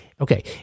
Okay